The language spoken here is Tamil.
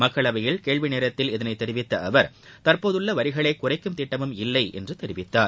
மக்களவையில் கேள்வி நேரத்தில் இதனைத் தெரிவித்த அவர் தற்போதுள்ள வரிகளை குறைக்கும் திட்டமும் இல்லை என்று தெரிவித்தார்